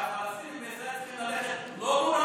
שהפלסטינים בישראל צריכים ללכת לא מורמי ראש,